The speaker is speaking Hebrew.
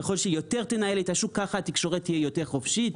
ככל שהיא תנהל יותר את השוק ככה התקשורת תהיה יותר חופשי.